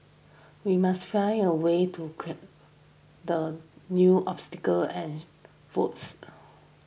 we must find a way to the new obstacles and votes